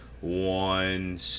one